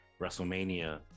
WrestleMania